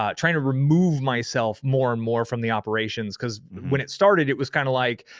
ah trying to remove myself more and more from the operations cause when it started, it was kind of like,